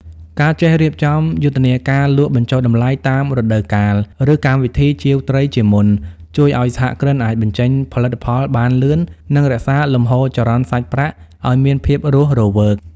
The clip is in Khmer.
ការចេះរៀបចំយុទ្ធនាការលក់បញ្ចុះតម្លៃតាមរដូវកាល ឬកម្មវិធីជាវត្រីជាមុន ជួយឱ្យសហគ្រិនអាចបញ្ចេញផលិតផលបានលឿន និងរក្សាលំហូរចរន្តសាច់ប្រាក់ឱ្យមានភាពរស់រវើក។